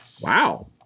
Wow